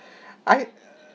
I